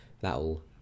that'll